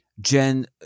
Jen